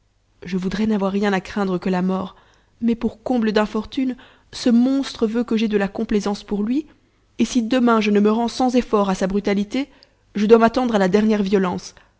je voudrais n'avoir rien à craindre que la mort mais pour comble d'infortune ce monstre veut que j'aie de la complaisance pour lui et si demain je ne me rends sans effort à sa brutalité je dois m'attendre à la dernière violence